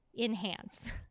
enhance